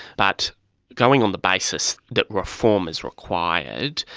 but going on the basis that reform is required,